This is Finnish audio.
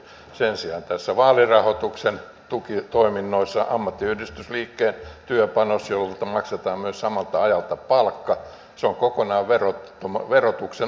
sen sijaan vaalirahoituksen tukitoiminnoissa ammattiyhdistysliikkeen työpanos jolta maksetaan myös samalta ajalta palkka on kokonaan verotuksen ulkopuolella